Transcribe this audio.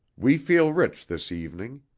we feel rich this evening.